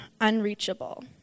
unreachable